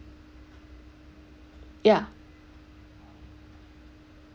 ya